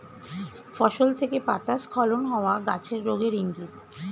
ফসল থেকে পাতা স্খলন হওয়া গাছের রোগের ইংগিত